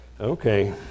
Okay